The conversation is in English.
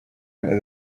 into